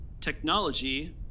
technology